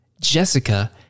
Jessica